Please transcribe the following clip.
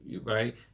right